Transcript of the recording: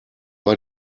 war